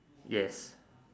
yes